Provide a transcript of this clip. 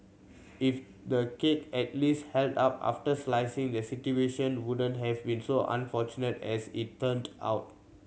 if the cake at least held up after slicing the situation wouldn't have been so unfortunate as it turned out